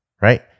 right